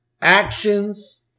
Actions